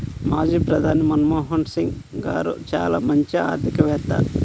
మాజీ ప్రధాని మన్మోహన్ సింగ్ గారు చాలా మంచి ఆర్థికవేత్త